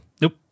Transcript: Nope